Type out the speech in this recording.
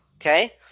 okay